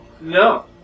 No